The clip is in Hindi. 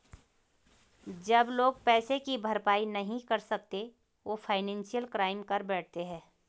जब लोग पैसे की भरपाई नहीं कर सकते वो फाइनेंशियल क्राइम कर बैठते है